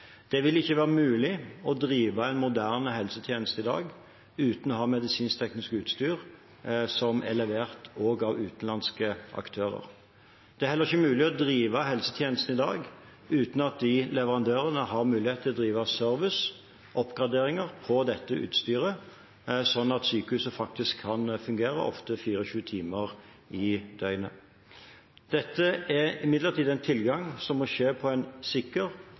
Det vil ikke være mulig å drive en moderne helsetjeneste i dag uten å ha medisinsk-teknisk utstyr som er levert også av utenlandske aktører. Det er heller ikke mulig å drive helsetjenester i dag uten at leverandørene har mulighet til å drive service og oppgraderinger på dette utstyret, slik at sykehuset faktisk kan fungere ofte 24 timer i døgnet. Dette er imidlertid en tilgang som må skje på en sikker,